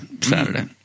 Saturday